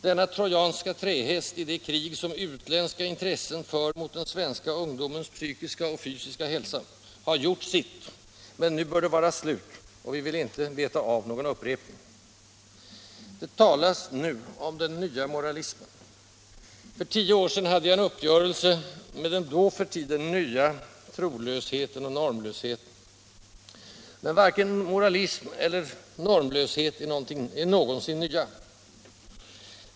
Denna trojanska trähäst i det krig, som utländska intressen för mot den svenska ungdomens psykiska och fysiska hälsa, har gjort sitt, men nu bör det vara slut. Vi vill inte veta av någon upprepning. Det talas nu om ”den nya moralismen.” För tio år sedan hade jag en uppgörelse med den då för tiden nya trolösheten och normlösheten. Men varken moralism eller normlöshet är någonsin ny.